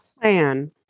plan